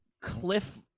cliff